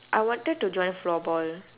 I wanted to join floorball